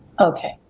okay